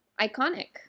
iconic